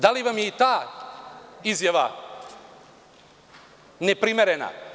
Da li vam je i ta izjava neprimerena?